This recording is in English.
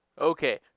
Okay